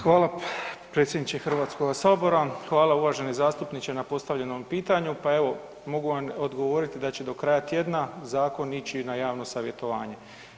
Hvala predsjedniče Hrvatskoga sabora, hvala uvaženi zastupniče na postavljenom pitanju, pa evo mogu vam odgovoriti da će do kraja tjedna zakon ići na javno savjetovanje.